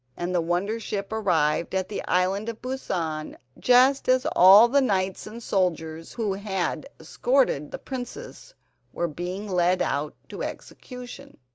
and the wonder-ship arrived at the island of busan just as all the knights and soldiers who had escorted the princess were being led out to execution.